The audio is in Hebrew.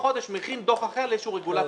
הצורך הזה.